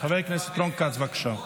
חבר הכנסת רון כץ, בבקשה.